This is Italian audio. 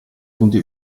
punti